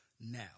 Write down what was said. now